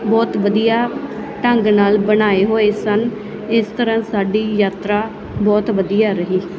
ਬਹੁਤ ਵਧੀਆ ਢੰਗ ਨਾਲ ਬਣਾਏ ਹੋਏ ਸਨ ਇਸ ਤਰ੍ਹਾਂ ਸਾਡੀ ਯਾਤਰਾ ਬਹੁਤ ਵਧੀਆ ਰਹੀ